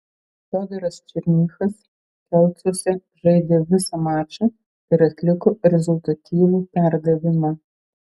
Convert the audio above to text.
fiodoras černychas kelcuose žaidė visą mačą ir atliko rezultatyvų perdavimą